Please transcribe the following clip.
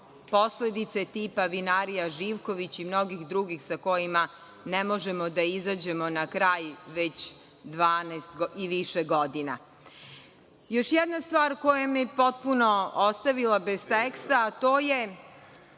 posledice tipa „Vinarija Živković“ i mnogih drugih, sa kojima ne možemo da izađemo na kraj već 12 i više godina. Još jedna stvar koja me je potpuno ostavila bez teksta a to je